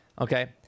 okay